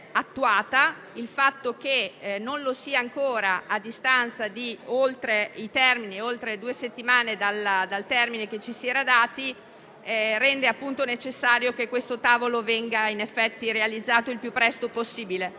Il fatto che non lo sia ancora, a distanza di oltre due settimane dal termine che ci si era dati, rende per l'appunto necessario che il tavolo venga in effetti realizzato il più presto possibile,